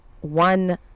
one